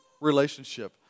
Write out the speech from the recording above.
relationship